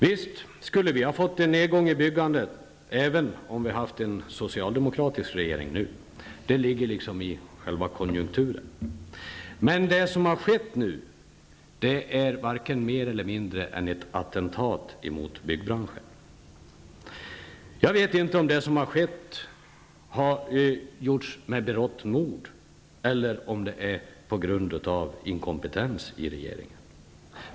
Visst skulle vi ha fått en nedgång i byggandet även om vi hade haft en socialdemokratisk regering. Det ligger liksom i själva konjunkturen. Men det som har skett nu är varken mer eller mindre än ett attentat mot byggbranschen. Jag vet inte om det som har skett har gjorts med berått mod eller om det är på grund av inkompetens i regeringen.